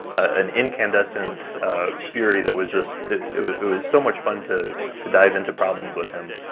an incandescent fury that was just it was so much fun to to dive into problems with him.